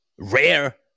rare